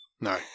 No